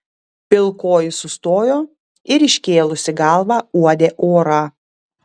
pilkoji sustojo ir iškėlusi galvą uodė orą